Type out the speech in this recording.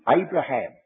Abraham